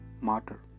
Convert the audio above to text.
Martyr